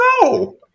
no